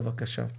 בבקשה.